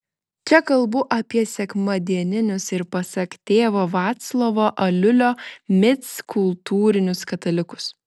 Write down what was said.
čia kalbu apie sekmadieninius ir pasak tėvo vaclovo aliulio mic kultūrinius katalikus